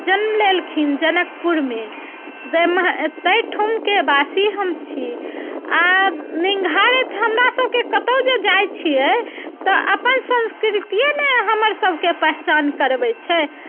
जन्म लेलखिन जनकपुरमे ताहि ठामके बासी हम छी आ निहारैत हमरा सबके कतहुँ जे जाइत छियै तऽ अपन संस्कृतिए ने हमर सबके पहचान करबैत छै